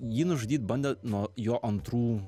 jį nužudyt bandė nuo jo antrų